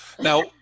now